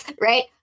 right